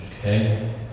okay